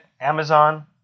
Amazon